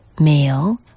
male